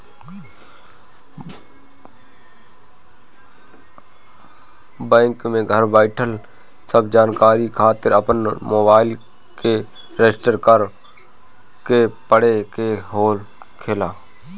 bank में घर बईठल सब जानकारी खातिर अपन मोबाईल के रजिस्टर करे के पड़े के होखेला